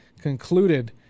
concluded